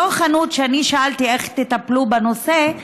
אותה החנות שאני שאלתי איך תטפלו בנושא,